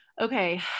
Okay